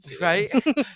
Right